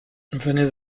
venez